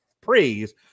praise